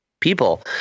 people